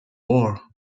war